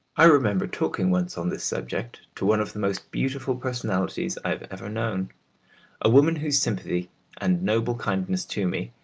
i remember talking once on this subject to one of the most beautiful personalities i have ever known a woman, whose sympathy and noble kindness to me,